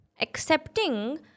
accepting